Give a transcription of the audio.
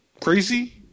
crazy